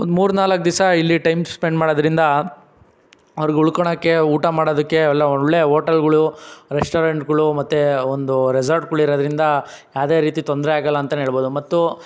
ಒಂದು ಮೂರು ನಾಲ್ಕು ದಿಸ ಇಲ್ಲಿ ಟೈಮ್ ಸ್ಪೆಂಡ್ ಮಾಡೋದ್ರಿಂದ ಅವ್ರಿಗೆ ಉಳ್ಕೋಳೋಕ್ಕೆ ಊಟ ಮಾಡೋದಕ್ಕೇ ಎಲ್ಲ ಒಳ್ಳೆ ಓಟೆಲ್ಗಳು ರೆಸ್ಟೋರೆಂಟ್ಗಳು ಮತ್ತೆ ಒಂದು ರೆಸಾರ್ಟ್ಗಳು ಇರೋದ್ರಿಂದ ಯಾದೇ ರೀತಿ ತೊಂದರೆ ಆಗೋಲ್ಲ ಅಂತಲೇ ಹೇಳ್ಬೋದು ಮತ್ತು